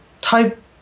type